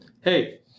Hey